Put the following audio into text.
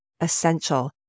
essential